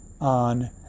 on